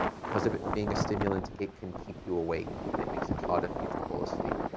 because of it being a stimulant, it can keep you awake and it makes it harder for you to fall asleep.